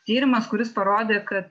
tyrimas kuris parodė kad